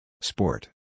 Sport